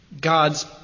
God's